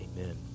amen